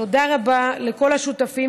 תודה רבה לכל השותפים.